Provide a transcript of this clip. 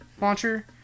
launcher